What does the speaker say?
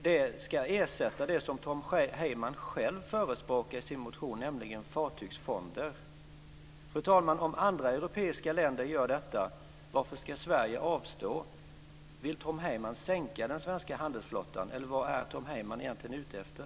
Detta ska ersätta det som Tom Heyman själv förespråkar i sin motion, nämligen fartygsfonder. Fru talman! Om andra europeiska länder gör detta, varför ska Sverige avstå? Vill Tom Heyman sänka den svenska handelsflottan eller vad är Tom Heyman egentligen ute efter?